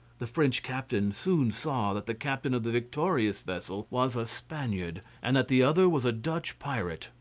the french captain soon saw that the captain of the victorious vessel was a spaniard, and that the other was a dutch pirate,